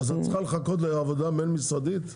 את צריכה לחכות לעבודה בין משרדית?